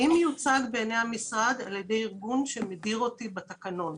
אני מיוצג בעיני המשרד על ידי ארגון שמדיר אותי בתקנון.